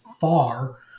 far